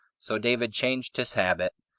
so david changed his habit,